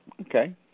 Okay